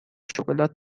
شکلات